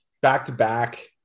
back-to-back